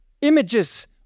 images